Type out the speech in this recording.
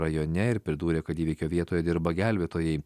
rajone ir pridūrė kad įvykio vietoje dirba gelbėtojai